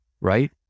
right